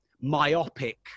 myopic